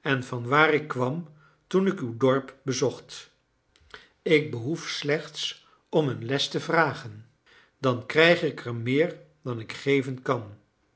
en van waar ik kwam toen ik uw dorp bezocht ik behoef slechts om een les te vragen dan krijg ik er meer dan ik er geven kan